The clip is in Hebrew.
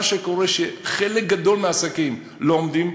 מה שקורה הוא שחלק גדול מהעסקים לא עומדים,